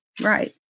Right